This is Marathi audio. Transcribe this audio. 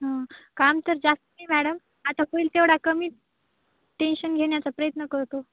हं काम तर जास्त नाही मॅडम आता होईल तेवढा कमी टेन्शन घेण्याचा प्रयत्न करतो